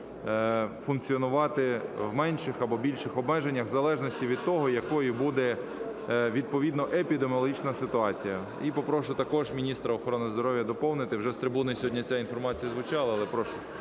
функціонувати в менших або більших обмеженнях, в залежності від того, якою буде відповідно епідеміологічна ситуація. І попрошу також міністра охорони здоров'я доповнити, вже з трибуни сьогодні ця інформація звучала, але прошу,